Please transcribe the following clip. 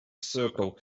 circle